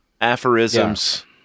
aphorisms